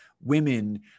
women